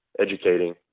educating